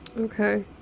Okay